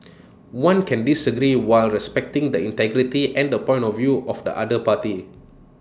one can disagree while respecting the integrity and the point of view of the other party